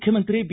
ಮುಖ್ಯಮಂತ್ರಿ ಬಿ